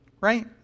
Right